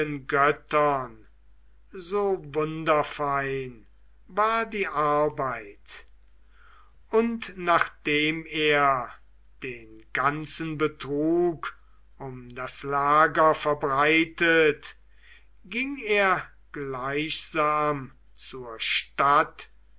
göttern so wunderfein war die arbeit und nachdem er den ganzen betrug um das lager verbreitet ging er gleichsam zur stadt